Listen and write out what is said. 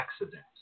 accident